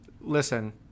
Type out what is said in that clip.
Listen